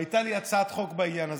והייתה לי הצעת חוק בעניין הזה,